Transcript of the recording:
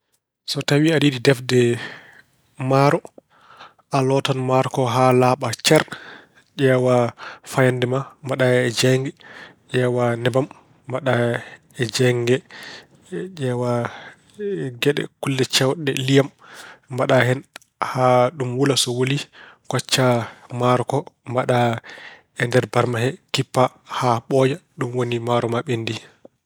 So tawi aɗa yiɗi defte maaro, a lootan maaro ko haa laaɓa cer. Ƴeewaa fayannde ma mbaɗaa e jeynge. Ƴeewaa nebam mbaɗaa e jeynge ngee. Ƴeewaa geɗe, kulle cewɗe ɗe, liyam, mbaɗaa hen haa ɗum wuli. So wuli koccaa maaro ko mbaɗaa e nder barma he kippaa haa ɓooya. Ɗum woni maaro ma ɓenndii.